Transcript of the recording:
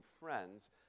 friends